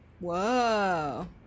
whoa